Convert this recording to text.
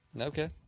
Okay